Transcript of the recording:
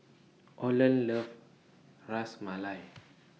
Orland loves Ras Malai